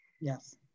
Yes